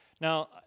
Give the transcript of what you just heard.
Now